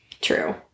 True